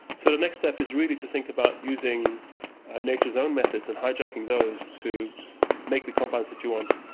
sort of next step is really to think about using nature's own methods of hijacking those to make the compounds that you want.